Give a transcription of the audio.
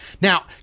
Now